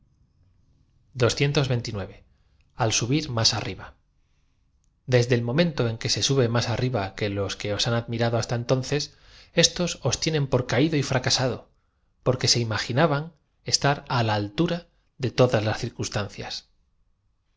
l uhir más arriba deede el momento en que se sube más arriba que los que han admirado hasta entonces éstos os tie nen por caído y fracasado porque ae imaginaban es tar d a altura de todas las circunstancias